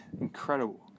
incredible